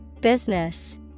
business